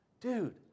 dude